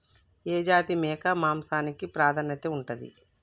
ఏ జాతి మేక మాంసానికి ప్రాధాన్యత ఉంటది?